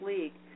League